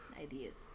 Ideas